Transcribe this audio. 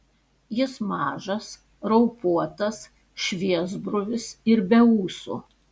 jis mažas raupuotas šviesbruvis ir be ūsų